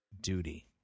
duty